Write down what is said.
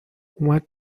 اومد